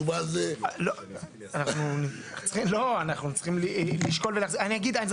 לא, אנחנו צריכים לשקול ולחזור אליכם.